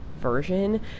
version